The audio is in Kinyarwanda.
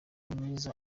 mwiza